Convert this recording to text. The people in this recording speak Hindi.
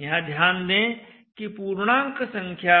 यहां ध्यान दें कि पूर्णांक संख्या